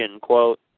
quote